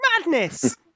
Madness